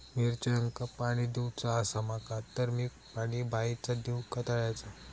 मिरचांका पाणी दिवचा आसा माका तर मी पाणी बायचा दिव काय तळ्याचा?